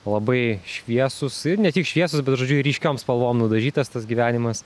labai šviesūs ne tik šviesūs bet ir žodžiu ryškiom spalvom nudažytas tas gyvenimas